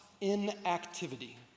inactivity